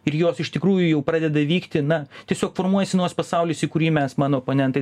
ir jos iš tikrųjų jau pradeda vykti na tiesiog formuojasi naujas pasaulis į kurį mes mano oponentai